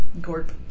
Gorp